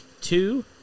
Two